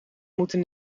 moeten